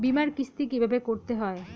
বিমার কিস্তি কিভাবে করতে হয়?